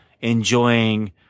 enjoying